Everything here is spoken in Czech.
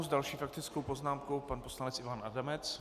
S další faktickou poznámkou pan poslanec Ivan Adamec.